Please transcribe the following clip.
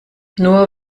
nur